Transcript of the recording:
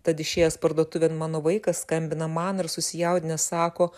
tad išėjęs parduotuvėn mano vaikas skambina man ir susijaudinęs sako